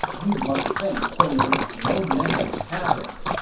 you must think dongwu has no men of talent!